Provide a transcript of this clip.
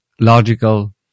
logical